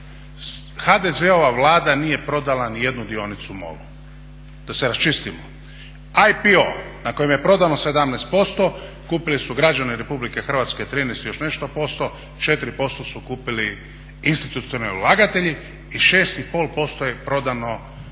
HDZ-ova vlada nije prodala ni jednu dionicu MOL-u da se raščistimo. APO na kojem je prodano 17% kupili su građani RH 13 i još nešto %, 4% su kupili institucionalni ulagatelji i 6,5% je prodano radnicima